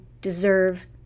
deserve